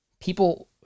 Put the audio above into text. people